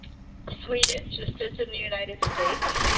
sweden, just as in the united states,